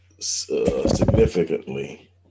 Significantly